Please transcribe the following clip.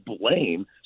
blame